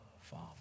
Father